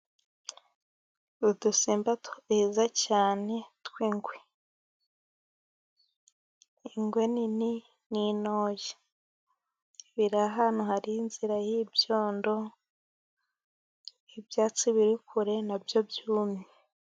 Udusimba twiza cyane tw'ingwe. Ingwe nini n'intoya. Biri ahantu hari inzira y'byondo, ibyatsi biri kure nabyo byumye.